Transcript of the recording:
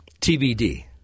TBD